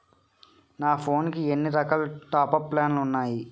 నా ఫోన్ కి ఎన్ని రకాల టాప్ అప్ ప్లాన్లు ఉన్నాయి?